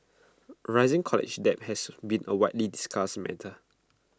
rising college debt has been A widely discussed matter